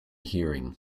hearing